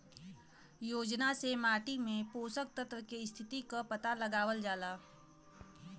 योजना से माटी में पोषक तत्व के स्थिति क पता लगावल जाला